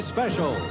Special